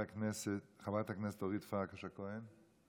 חברת הכנסת אורית פרקש הכהן,